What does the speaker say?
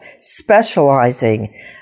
specializing